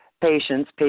patients